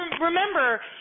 remember